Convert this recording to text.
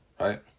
Right